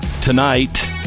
Tonight